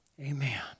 Amen